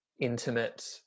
intimate